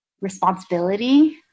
responsibility